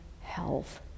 health